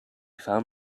found